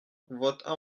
votre